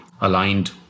aligned